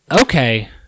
Okay